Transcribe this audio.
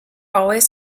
always